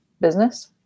business